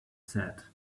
said